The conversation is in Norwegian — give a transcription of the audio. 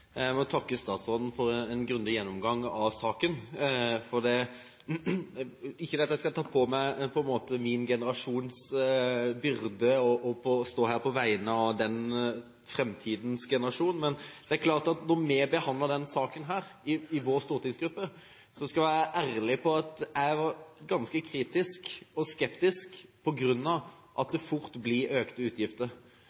Jeg må takke statsråden for en grundig gjennomgang av saken. Ikke at jeg skal ta på meg min generasjons byrde og stå her på vegne av framtidens generasjon, men jeg skal være ærlig på at da vi behandlet denne saken i vår stortingsgruppe, var jeg ganske kritisk og skeptisk, på grunn av at det fort blir økte utgifter. Og da jeg våknet til Aftenposten i dag, var